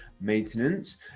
maintenance